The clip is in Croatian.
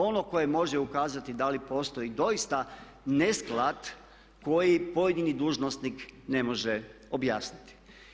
Ono koje može ukazati da li postoji doista nesklad koji pojedini dužnosnik ne može objasniti.